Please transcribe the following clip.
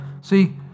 See